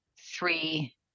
three